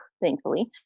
thankfully